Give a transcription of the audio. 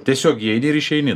tiesiog įeini ir išeini